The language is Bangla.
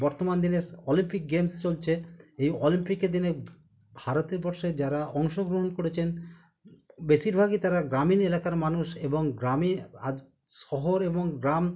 বর্তমান দিনে স অলিম্পিক গেমস চলছে এই অলিম্পিকের দিনে ভারতবর্ষে যারা অংশগ্রহণ করেছেন বেশিরভাগই তারা গ্রামীণ এলাকার মানুষ এবং গ্রামে আজ শহর এবং গ্রাম